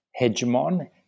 hegemon